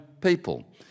people